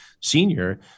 senior